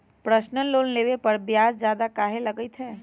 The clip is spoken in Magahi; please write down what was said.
पर्सनल लोन लेबे पर ब्याज ज्यादा काहे लागईत है?